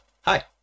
hi